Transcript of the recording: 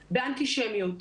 באנטישמיות,